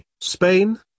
Spain